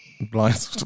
blind